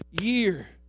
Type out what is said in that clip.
year